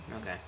okay